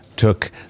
took